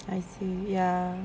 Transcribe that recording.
I see ya